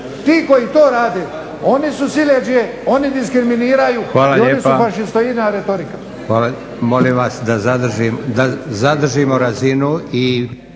Ti koji to rade oni su siledžije, oni diskriminiraju i oni su fašistoidna retorika.